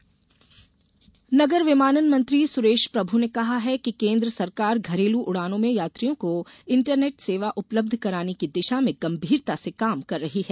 विमान इंटरनेट नागर विमानन मंत्री सुरेश प्रभु ने कहा है कि केन्द्र सरकार घरेलू उड़ानों में यात्रियों को इण्टरनेट सेवा उपलब्ध कराने की दिशा में गंभीरता से काम कर रही है